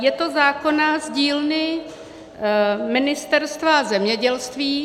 Je to zákon z dílny Ministerstva zemědělství.